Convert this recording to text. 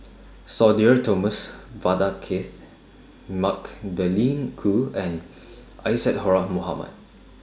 Sudhir Thomas Vadaketh Magdalene Khoo and Isadhora Mohamed